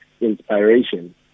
inspiration